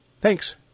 Thanks